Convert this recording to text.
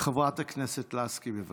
חברת הכנסת לסקי, בבקשה.